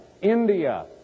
India